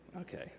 Okay